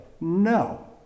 No